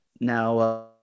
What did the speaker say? now